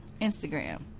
Instagram